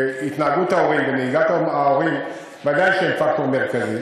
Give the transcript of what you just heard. והתנהגות ההורים ונהיגת ההורים ודאי שהן פקטור מרכזי,